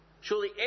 surely